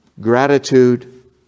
gratitude